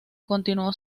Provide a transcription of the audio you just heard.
continuó